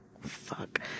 Fuck